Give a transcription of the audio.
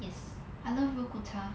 yes I love 肉骨茶